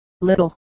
little